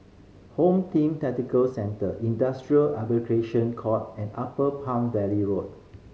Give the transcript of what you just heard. Home Team Tactical Centre Industrial Arbitration Court and Upper Palm Valley Road